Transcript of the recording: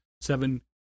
seven